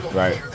right